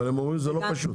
אבל הם אמרו שזה לא פשוט.